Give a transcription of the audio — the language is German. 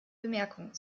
bemerkungen